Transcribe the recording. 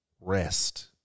Rest